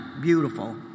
beautiful